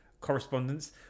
correspondence